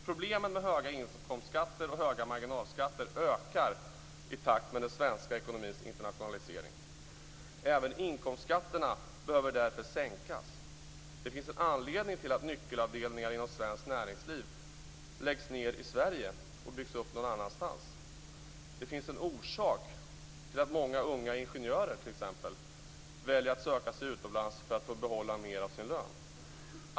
Problemen med höga inkomstskatter och höga marginalskatter ökar i takt med den svenska ekonomins internationalisering. Även inkomstskatterna behöver därför sänkas. Det finns en anledning till att nyckelavdelningar inom svenskt näringsliv läggs ned i Sverige och byggs upp någon annanstans. Det finns en orsak till att många unga ingenjörer t.ex. väljer att söka sig utomlands för att få behålla mer av sin lön.